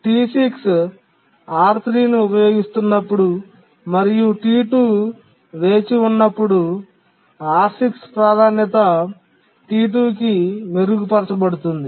T6 R3 ను ఉపయోగిస్తున్నప్పుడు మరియు T2 వేచి ఉన్నప్పుడు T6 ప్రాధాన్యత T2 కి మెరుగుపరచబడుతుంది